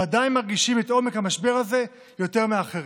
ודאי מרגישים את עומק המשבר הזה יותר מאחרים.